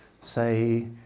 say